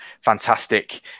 fantastic